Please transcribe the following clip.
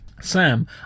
Sam